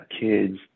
kids